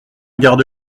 garde